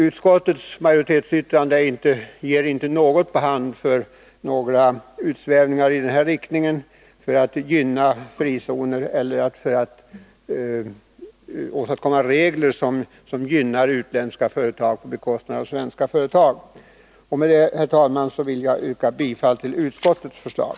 Utskottsmajoritetens yttrande ger inte något på hand för utsvävningar i riktning mot att gynna frizoner eller för att åstadkomma regler som gynnar utländska företag på bekostnad av svenska företag. Med detta, herr talman, vill jag yrka bifall till utskottets förslag.